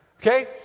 Okay